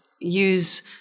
use